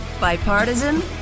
Bipartisan